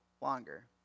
longer